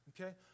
okay